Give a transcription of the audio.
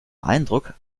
eindruck